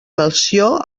melcior